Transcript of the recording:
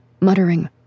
muttering